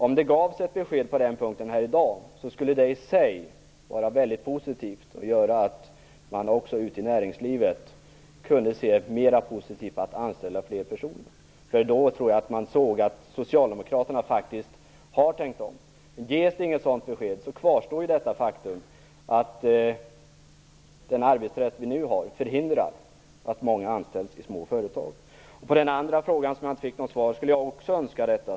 Om det gavs ett besked på den punkten här i dag, skulle det i sig vara mycket positivt och göra att man kunde se mer positivt på att anställa fler personer ute i näringslivet. Då tror jag att man såg att socialdemokraterna faktiskt har tänkt om. Men ges det inget sådant besked kvarstår detta faktum att den arbetsrätt vi nu har förhindrar att många anställs i små företag. Jag skulle också önska ett svar på den andra frågan.